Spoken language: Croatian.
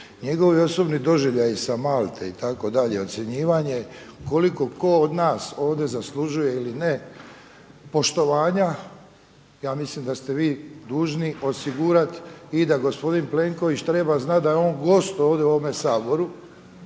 Njegovi osobni doživljaji sa Malte itd., ocjenjivanje koliko tko od nas ovdje zaslužuje ili ne poštovanja ja mislim da ste vi dužni osigurati i da gospodin Plenković treba znat da je on gost ovdje u ovome Saboru,